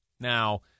Now